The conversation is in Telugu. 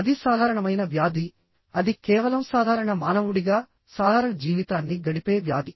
అది సాధారణమైన వ్యాధి అది కేవలం సాధారణ మానవుడిగా సాధారణ జీవితాన్ని గడిపే వ్యాధి